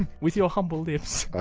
with your humble lips.